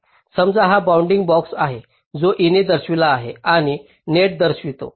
समजा हा bounding box आहे जो e ने दर्शविला आहे आणि नेट दर्शवितो